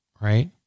right